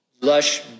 lush